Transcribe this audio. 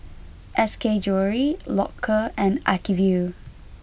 S K Jewellery Loacker and Acuvue